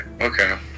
okay